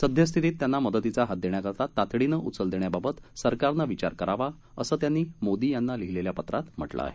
सद्यस्थितीत त्यांना मदतीचा हातदेण्याकरता तातडीनं उचल देण्याबाबत सरकारनं विचार करावा असं त्यांनी मोदी यांना लिहिलेल्या पत्रात म्हटलं आहे